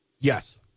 Yes